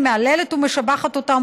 היא מהללת ומשבחת אותם,